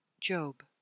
Job